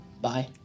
bye